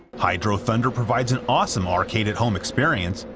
hydro thunder provides an awesome arcade-at-home experience,